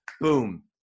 boom